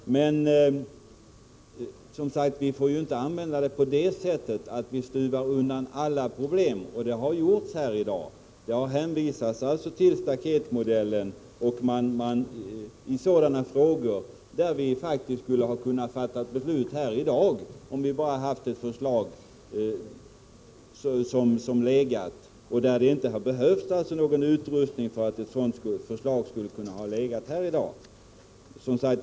Men vi får som sagt inte använda det på det sättet att vi stoppar undan alla problem, vilket har skett här i dag. Det har hänvisats till staketmodellen i sådana frågor där vi faktiskt skulle ha kunnat fatta beslut, om det bara hade funnits ett förslag, och där det inte behövts någon utredning för att ett förslag skulle ha kunnat föreligga.